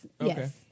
Yes